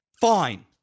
Fine